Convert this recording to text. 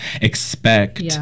expect